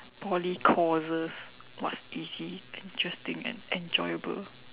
Poly courses what's easy interesting and enjoyable